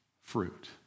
fruit